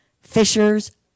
fishers